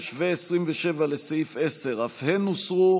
26 ו-27, לסעיף 10, אף הן הוסרו.